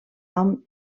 nom